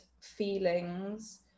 feelings